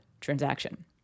transaction